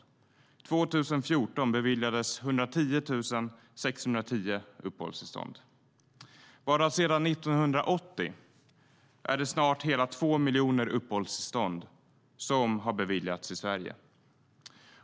År 2014 beviljades 110 610 uppehållstillstånd. Bara sedan 1980 är det snart hela 2 miljoner uppehållstillstånd som har beviljats i Sverige.